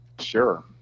Sure